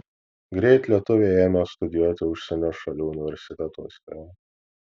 greit lietuviai ėmė studijuoti užsienio šalių universitetuose